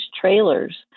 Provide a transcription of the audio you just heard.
trailers